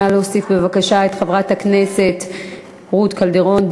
נא להוסיף את חברת הכנסת רות קלדרון,